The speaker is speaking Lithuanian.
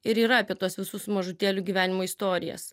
ir yra apie tuos visus mažutėlių gyvenimo istorijas